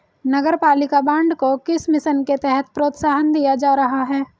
नगरपालिका बॉन्ड को किस मिशन के तहत प्रोत्साहन दिया जा रहा है?